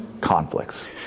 conflicts